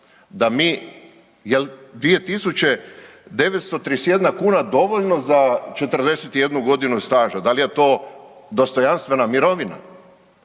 Da mi jel 2.931 kuna dovoljno za 41 godinu staža, da li je to dostojanstvena mirovina,